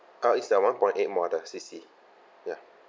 uh it's that one point eight model C_C ya